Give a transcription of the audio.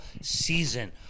season